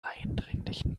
eindringlichen